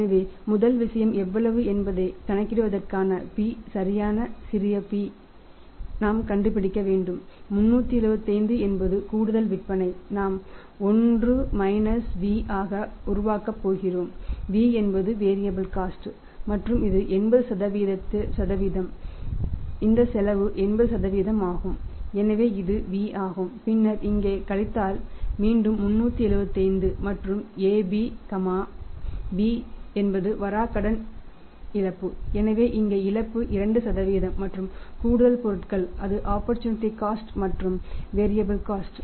எனவே முதல் விஷயம் எவ்வளவு என்பதைக் கணக்கிடுவதற்கான p சரியான சிறிய p ஐ நாம் கண்டுபிடிக்க வேண்டும் 375 என்பது கூடுதல் விற்பனை நாம் 1 v ஆக உருவாக்கப் போகிறோம் v என்பது வேரியாபில் காஸ்ட